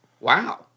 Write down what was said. Wow